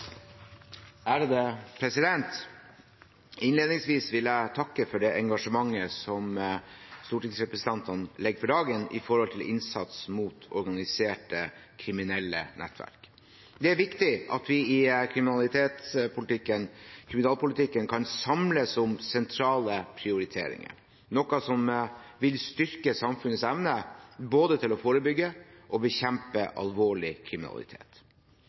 refererte til. Innledningsvis vil jeg takke for det engasjementet som stortingsrepresentantene legger for dagen knyttet til innsats mot organiserte kriminelle nettverk. Det er viktig at vi i kriminalpolitikken kan samles om sentrale prioriteringer, noe som vil styrke samfunnets evne til både å forebygge og bekjempe alvorlig kriminalitet.